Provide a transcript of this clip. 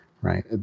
right